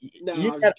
No